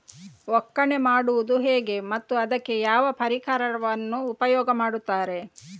ಒಕ್ಕಣೆ ಮಾಡುವುದು ಹೇಗೆ ಮತ್ತು ಅದಕ್ಕೆ ಯಾವ ಪರಿಕರವನ್ನು ಉಪಯೋಗ ಮಾಡುತ್ತಾರೆ?